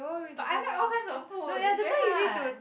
but I kind all kinds of food it's very hard